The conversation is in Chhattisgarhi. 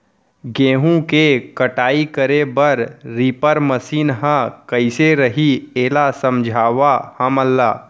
गेहूँ के कटाई करे बर रीपर मशीन ह कइसे रही, एला समझाओ हमन ल?